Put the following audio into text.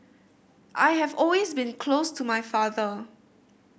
I have always been close to my father